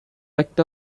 picked